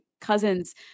cousins